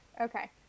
okay